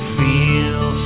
feel